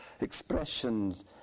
expressions